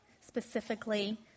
specifically